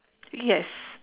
yes